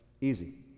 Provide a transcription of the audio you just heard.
Easy